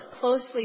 closely